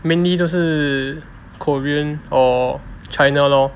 mainly 都是 korean or china lor